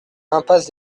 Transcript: impasse